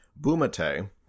Bumate